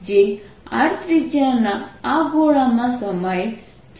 જે r ત્રિજ્યાના આ ગોળામાં સમાયેલ છે